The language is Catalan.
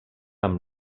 amb